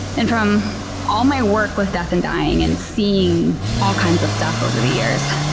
and from all my work with death and dying and seeing all kinds of stuff over the years,